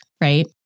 right